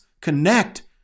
connect